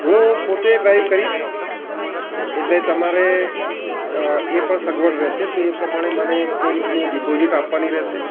હું પોતે ડ્રાઇવ કરીશ એટલે તમારે એ પણ સગવડ રહેશે તો એ પ્રમાણે મને કઈ રીતનું ડિપોઝીટ આપવાની રહેશે